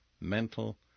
mental